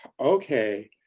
okay,